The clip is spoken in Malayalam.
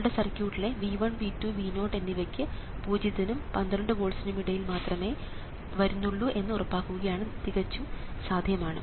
നിങ്ങളുടെ സർക്യൂട്ടിലെ V1 V2 V0 എന്നിവ പൂജ്യത്തിനും 12 വോൾട്സ്നുമിടയിൽ മാത്രമേ വരുന്നുള്ളൂ എന്ന് ഉറപ്പാക്കുകയാണെങ്കിൽ ഇത് തികച്ചും സാദ്ധ്യമാണ്